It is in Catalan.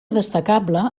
destacable